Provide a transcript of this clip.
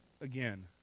again